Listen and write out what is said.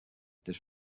this